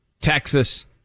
Texas